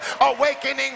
Awakening